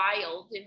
wild